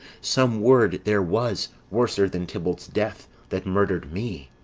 some word there was, worser than tybalt's death, that murd'red me.